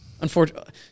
Unfortunately